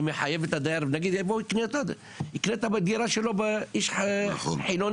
נגיד שאיש חילוני יקנה את הדירה שלו מה,